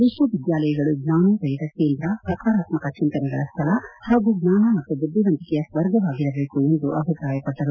ವಿಶ್ವವಿದ್ಯಾಲಯಗಳು ಜ್ವಾನೋಧಯದ ಕೇಂದ್ರ ಸಕಾರಾತ್ಮಕ ಚಿಂತನೆಗಳ ಸ್ಥಳ ಹಾಗೂ ಜ್ಞಾನ ಮತ್ತು ಬುದ್ಧಿವಂತಿಕೆಯ ಸ್ವರ್ಗವಾಗಿರಬೇಕು ಎಂದು ಅಭಿಪ್ರಾಯಪಟ್ಟರು